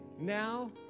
now